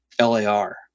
LAR